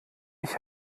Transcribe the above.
ich